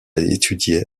étudié